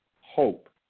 hope